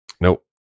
nope